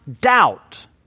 doubt